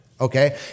okay